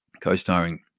Co-starring